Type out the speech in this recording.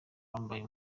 yambaye